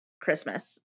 Christmas